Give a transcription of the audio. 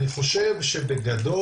אני חושב שבגדול,